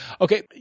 Okay